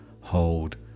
hold